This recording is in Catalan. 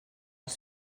els